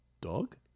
dog